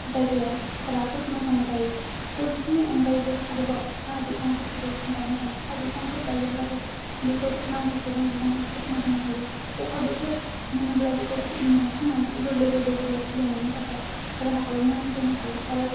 जायगाया राफोद मोजां जायो गय बिफांनि अनगायैबो आरोबाव साहा बिफांफोरखौबो गायनो हायो साहा बिफांफोर गायोब्लाबो बेखौ नांगौसेबां बिबांनि जत्न' होनो हायो अखा बोथोर मोनोब्ला बेखौ दानस्रांनानै गोरलै गोरलै बिलाइ खिलिनायनि थाखाय राहा खालामनानै होनो हायो आरो